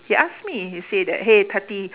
he asked me he say that hey tati